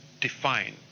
define